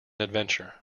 adventure